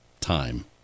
time